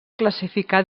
classificar